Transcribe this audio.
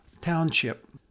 township